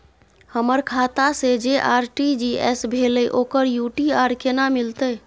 हमर खाता से जे आर.टी.जी एस भेलै ओकर यू.टी.आर केना मिलतै?